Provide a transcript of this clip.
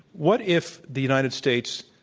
what if the united states,